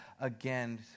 again